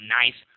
nice